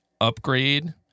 upgrade